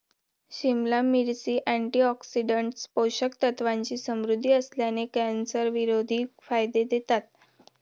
सिमला मिरची, अँटीऑक्सिडंट्स, पोषक तत्वांनी समृद्ध असल्याने, कॅन्सरविरोधी फायदे देतात